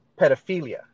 pedophilia